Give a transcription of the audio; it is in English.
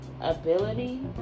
ability